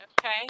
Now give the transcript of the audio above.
Okay